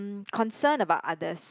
mm concern about others